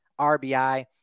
RBI